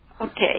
Okay